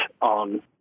on